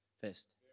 first